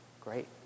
Great